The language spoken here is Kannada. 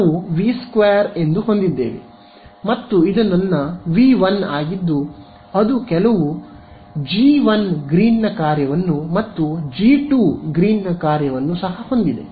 ನಾವು ವಿ 2 ಎಂದು ಹೊಂದಿದ್ದೇವೆ ಮತ್ತು ಇದು ನನ್ನ ವಿ 1 ಆಗಿದ್ದು ಅದು ಕೆಲವು ಜಿ 1 ಗ್ರೀನ್ನ ಕಾರ್ಯವನ್ನು ಮತ್ತು ಜಿ 2 ಗ್ರೀನ್ನ ಕಾರ್ಯವನ್ನು ಹೊಂದಿದೆ